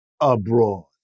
abroad